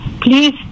please